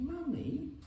Mummy